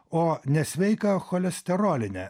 o nesveiką cholesterolinę